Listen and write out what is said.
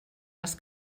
les